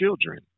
children